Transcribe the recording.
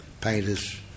painters